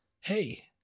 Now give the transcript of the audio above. Hey